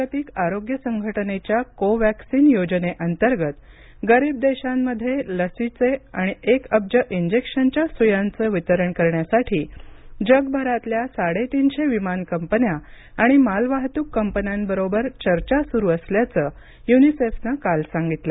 जागतिक आरोग्य संघटनेच्या कोव्हॅक्सीन योजनेअंतर्गत गरीब देशांमध्ये लशीचे आणि एक अब्ज इंजेक्शनच्या सुयांचे वितरण करण्यासाठी जगभरातल्या साडे तीनशे विमान कंपन्या आणि मालवाहतूक कंपन्याबरोबर चर्चा सुरू असल्याचे युनिसेफनं काल सांगितल